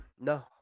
No